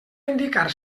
indicar